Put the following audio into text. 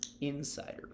insider